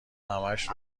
همش